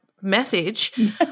message